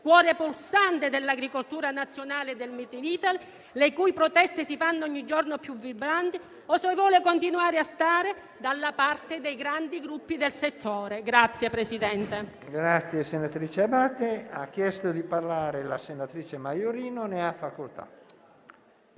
cuore pulsante dell'agricoltura nazionale e del *made in Italy*, le cui proteste si fanno ogni giorno più vibranti, o se vuole continuare a stare dalla parte dei grandi gruppi del settore.